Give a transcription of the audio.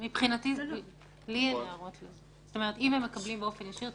אם הם מקבלים באופן ישיר,